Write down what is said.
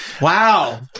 Wow